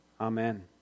Amen